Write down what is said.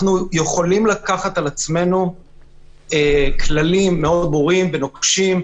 אנחנו יכולים לקחת על עצמנו כללים מאוד ברורים ונוקשים,